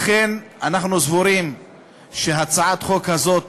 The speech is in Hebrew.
לכן אנחנו סבורים שהצעת החוק הזאת